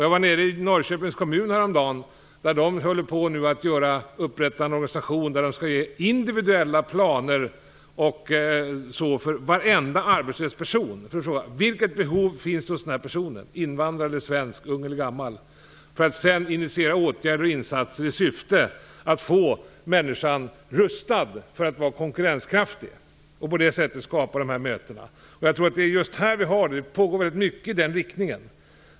Jag var häromdagen i Norrköpings kommun, där man nu höll på att åstadkomma en organisation där man skall göra upp individuella planer för varje arbetslös person. Man frågar: Vilket behov finns det hos den här personen - invandrare eller svensk, ung eller gammal? Sedan tar man initiativ till åtgärder och insatser i syfte att få människan rustad för att vara konkurrenskraftig. Det pågår väldigt mycket i den riktningen.